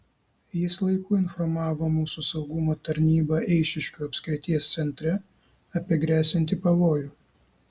jis laiku informavo mūsų saugumo tarnybą eišiškių apskrities centre apie gresianti pavojų